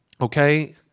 okay